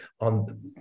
on